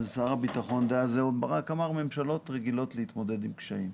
ואז שר הביטחון דאז אהוד ברק אמר שממשלות רגילות להתמודד עם קשיים.